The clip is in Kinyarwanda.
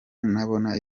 nabona